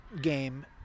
game